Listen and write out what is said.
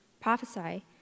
Prophesy